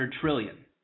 trillion